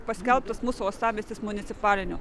paskelbtas mūsų uostamiestis municipaliniu